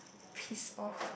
piss off